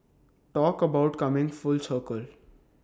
talk about coming full circle